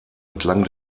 entlang